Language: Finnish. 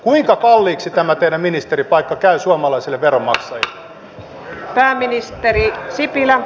kuinka kalliiksi tämä teidän ministeripaikkanne käy suomalaisille veronmaksajille